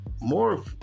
more